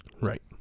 right